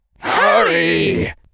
Hurry